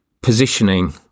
positioning